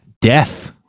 death